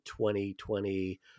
2020